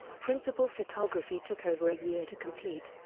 principal photography took over a year to complete,